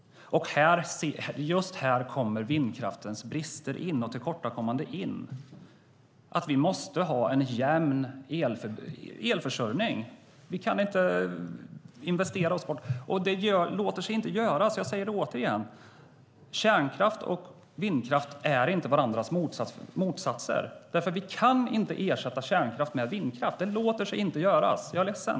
Här kommer vindkraftens brister och tillkortakommanden in. Vi måste ha en jämn elförsörjning. Vi kan inte investera oss bort. Det låter sig inte göras. Kärnkraft och vindkraft är inte varandras motsatser. Vi kan inte ersätta kärnkraft med vindkraft. Det låter sig inte göras. Jag är ledsen!